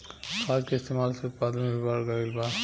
खाद के इस्तमाल से उत्पादन भी बढ़ गइल बा